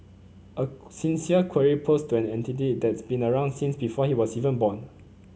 a sincere query posed to an entity that's been around since before he was even born